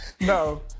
No